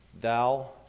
thou